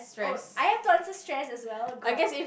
oh I have to answer stress as well god